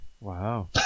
Wow